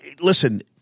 listen